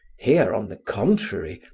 here, on the contrary,